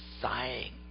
sighing